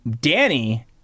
Danny